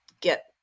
get